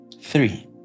Three